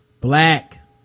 Black